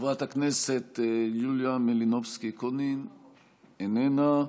חברת הכנסת יוליה מלינובסקי קונין, איננה.